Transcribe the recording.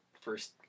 first